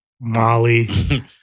Molly